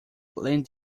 lend